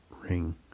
ring